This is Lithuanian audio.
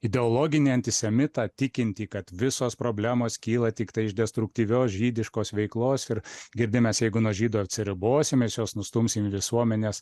ideologinį antisemitą tikintį kad visos problemos kyla tiktai iš destruktyvios žydiškos veiklos ir girdi mes jeigu nuo žydų atsiribosim mes juos nustumsim į visuomenės